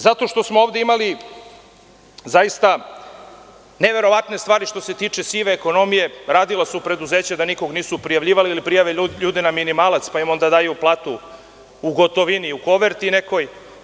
Zato što smo ovde imali zaista neverovatne stvari što se tiče sive ekonomije, radila su preduzeća da nikog nisu prijavljivali ili prijave ljude na minimalac, pa im onda daju platu u gotovini, koverti nekoj.